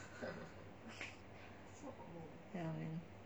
ya man